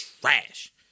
trash